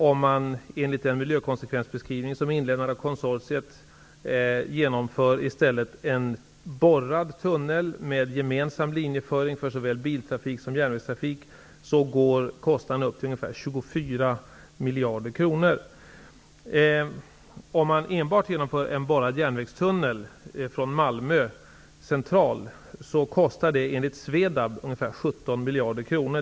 Om man i stället genomför en borrad tunnel med gemensam linjeföring för såväl biltrafik som järnvägstrafik, enligt den miljökonsekvensbeskrivning som inlämnats av konsortiet, går kostnaden upp till ungefär 24 miljarder kronor. Om man enbart genomför en borrad järnvägstunnel från Malmö central, kostar det ungefär 17 miljarder kronor, enligt SWEDAB.